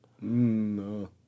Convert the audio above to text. No